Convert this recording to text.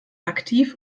aktiv